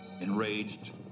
Enraged